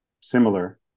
similar